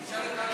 תשאל את,